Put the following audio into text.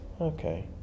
okay